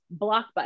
blockbuster